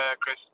Chris